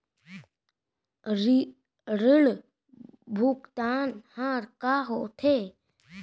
ऋण भुगतान ह का होथे?